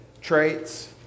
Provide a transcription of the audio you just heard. traits